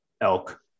elk